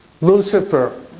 Lucifer